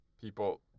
people